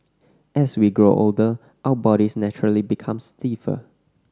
as we grow older our bodies naturally become stiffer